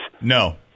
No